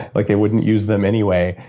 like they wouldn't use them anyway,